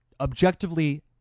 objectively